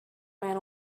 man